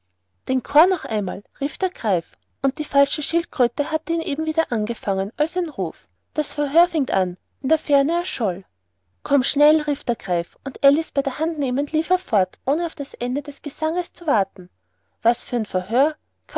den chor noch einmal rief der greif und die falsche schildkröte hatte ihn eben wieder angefangen als ein ruf das verhör fängt an in der ferne erscholl komm schnell rief der greif und alice bei der hand nehmend lief er fort ohne auf das ende des gesanges zu warten was für ein verhör